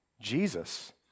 Jesus